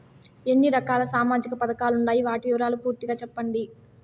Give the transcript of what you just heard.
ఎన్ని రకాల సామాజిక పథకాలు ఉండాయి? వాటి వివరాలు పూర్తిగా సెప్పండి?